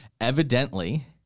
Evidently